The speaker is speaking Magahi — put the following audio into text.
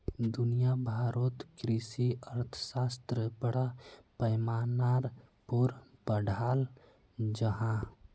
दुनिया भारोत कृषि अर्थशाश्त्र बड़ा पैमानार पोर पढ़ाल जहा